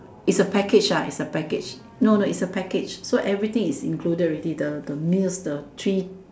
it's a package ah it's a package no no is a package so everything is included already the the meals the trip